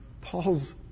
Paul's